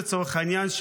לצורך העניין,